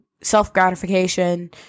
self-gratification